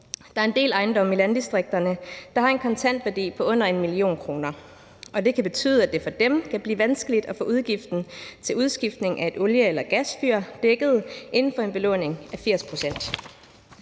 Der er en del ejendomme i landdistrikterne, der har en kontant værdi på under 1 mio. kr., og det kan betyde, at det for dem vil blive vanskeligt at få udgiften til udskiftning af et olie- eller gasfyr dækket inden for en belåning på 80 pct.